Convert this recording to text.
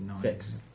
Six